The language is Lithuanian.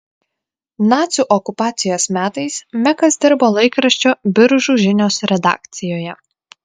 nacių okupacijos metais mekas dirbo laikraščio biržų žinios redakcijoje